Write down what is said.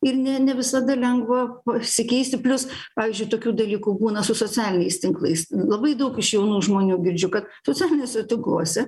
ir ne ne visada lengva pasikeisti plius pavyzdžiui tokių dalykų būna su socialiniais tinklais labai daug iš jaunų žmonių girdžiu kad socialiniuose tinkluose